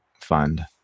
fund